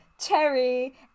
Cherry